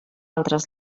altres